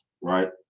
right